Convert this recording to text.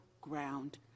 ground